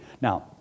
Now